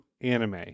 anime